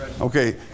Okay